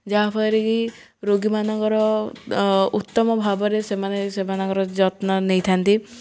ଯାହାଫଳରେ କି ରୋଗୀମାନଙ୍କର ଉତ୍ତମ ଭାବରେ ସେମାନେ ସେମାନଙ୍କର ଯତ୍ନ ନେଇଥାନ୍ତି